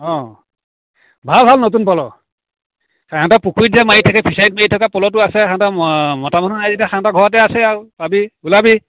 ভাল ভাল নতুন পলহ সিহঁতে পুখুৰীত যে মাৰি থাকে ফিচাৰিত মাৰি থাকে পলহটো আছে সিহঁতৰ মতা মানুহ নাই যেতিয়া সিহঁতৰ ঘৰতে আছে আৰু পাবি ওলাবি